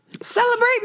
Celebrate